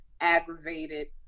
aggravated